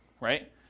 right